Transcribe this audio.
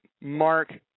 mark